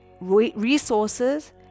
resources